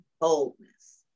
boldness